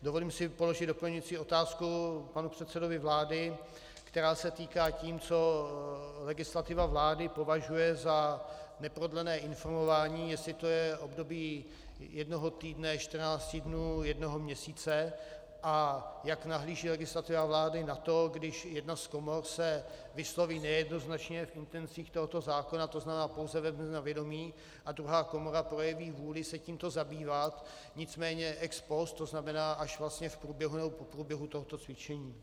Dovolím si položit doplňující otázku panu předsedovi vlády, která se týká toho, co legislativa vlády považuje za neprodlené informování, jestli to je období jednoho týdne, 14 dnů, jednoho měsíce, a jak nahlíží legislativa vlády na to, když jedna z komor se vysloví nejednoznačně v intencích tohoto zákona, tzn. pouze vezme na vědomí, a druhá komora projeví vůli se tímto zabývat, nicméně ex post, tzn. až vlastně v průběhu tohoto cvičení.